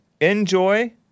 enjoy